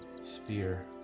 spear